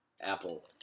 Apple